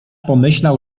pomyślał